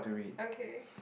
okay